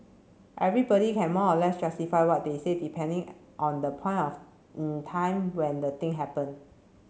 everybody can more or less justify what they say depending on the point of in time when the thing happened